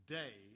day